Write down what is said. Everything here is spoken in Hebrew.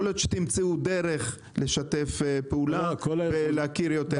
יכול להיות שתמצאו דרך לשתף פעולה ולהכיר יותר.